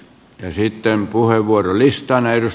sitten puheenvuorolistaan